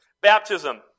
Baptism